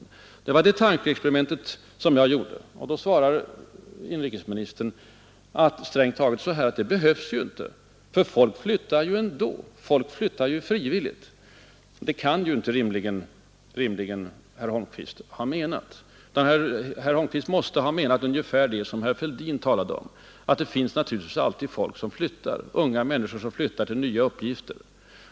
Det var det tankeexperimentet jag gjorde. Och då svarar inrikesministern strängt taget så här: Det behövs inte för folk flyttar ju ändå. Folk flyttar ju frivilligt. Detta kan herr Holmqvist rimligen inte ha menat utan herr Holmqvist menade väl ungefär det som herr Fälldin talade om, nämligen att det naturligtvis alltid finns folk som flyttar, unga människor som flyttar till nya uppgifter.